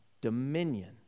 dominion